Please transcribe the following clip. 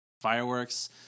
fireworks